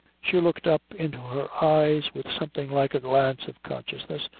she looked up into her eyes with something like a glance of consciousness,